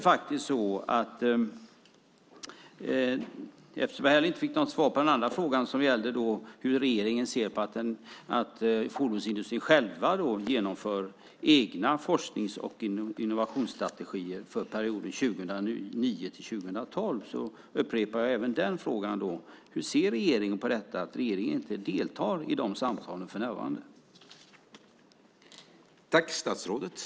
Eftersom jag inte heller fick något svar på min fråga om hur regeringen ser på att fordonsindustrin själv genomför egna forsknings och innovationsstrategier för perioden 2009-2012 upprepar jag även den frågan: Hur ser regeringen på detta med att regeringen för närvarande inte deltar i de samtalen?